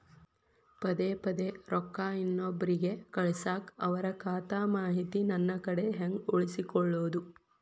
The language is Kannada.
ಪದೆ ಪದೇ ರೊಕ್ಕ ಇನ್ನೊಬ್ರಿಗೆ ಕಳಸಾಕ್ ಅವರ ಖಾತಾ ಮಾಹಿತಿ ನನ್ನ ಕಡೆ ಹೆಂಗ್ ಉಳಿಸಿಕೊಳ್ಳೋದು?